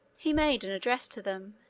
he made an address to them,